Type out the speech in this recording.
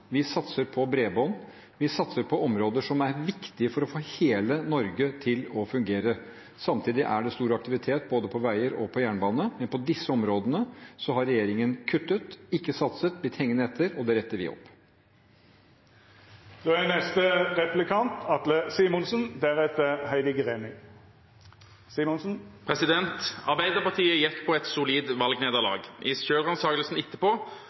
Vi satser på kysten. Vi satser på havnene. Vi satser på bredbånd. Vi satser på områder som er viktige for å få hele Norge til å fungere. Samtidig er det stor aktivitet både på veier og på jernbane, men på disse områdene har regjeringen kuttet, ikke satset, og blitt hengende etter, og det retter vi opp. Arbeiderpartiet gikk på et solid valgnederlag. I selvransakelsen etterpå